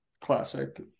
classic